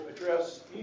address